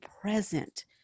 present